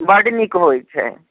बड्ड नीक होइत छै